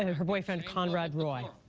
her boyfriend conrad roy.